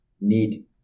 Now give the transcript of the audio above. Need